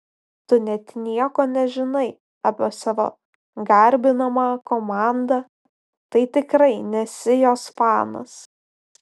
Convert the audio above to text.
tu net nieko nežinai apie savo garbinamą komandą tai tikrai nesi jos fanas